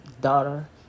daughter